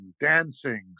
dancing